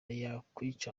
yakwica